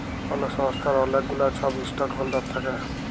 call সংস্থার অলেক গুলা ছব ইস্টক হল্ডার থ্যাকে